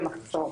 במחסור.